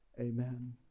amen